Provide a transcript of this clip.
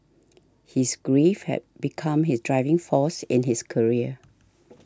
his grief had become his driving force in his career